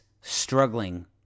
struggling